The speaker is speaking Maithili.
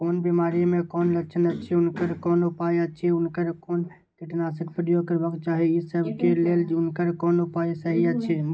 कोन बिमारी के कोन लक्षण अछि उनकर कोन उपाय अछि उनकर कोन कीटनाशक प्रयोग करबाक चाही ई सब के लेल उनकर कोन उपाय सहि अछि?